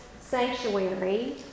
sanctuary